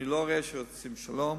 אני לא רואה שעושים שלום,